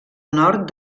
nord